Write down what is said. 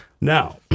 Now